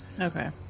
Okay